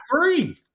three